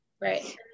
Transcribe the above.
Right